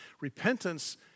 Repentance